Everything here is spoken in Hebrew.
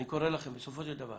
אני קורא לכם בסופו של דבר